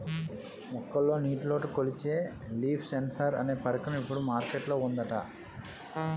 మొక్కల్లో నీటిలోటు కొలిచే లీఫ్ సెన్సార్ అనే పరికరం ఇప్పుడు మార్కెట్ లో ఉందట